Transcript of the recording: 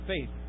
faith